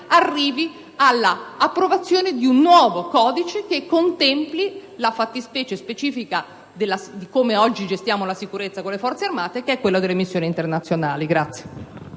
approdi all'approvazione di un nuovo codice che contempli la fattispecie specifica di come oggi gestiamo la sicurezza con le Forze armate, che è quella delle missioni internazionali.